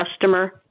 customer